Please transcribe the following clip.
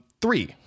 Three